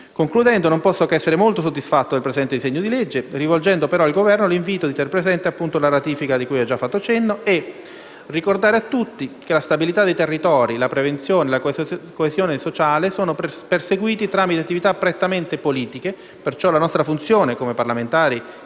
Concludendo, non posso che essere molto soddisfatto del presente disegno di legge, rivolgendo però al Governo l'invito a tenere presente la ratifica di cui ho fatto cenno, ricordando a tutti che la stabilità dei territori, la prevenzione, la coesione sociale sono perseguiti tramite attività prettamente politiche, perciò la nostra funzione, come parlamentari